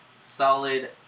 solid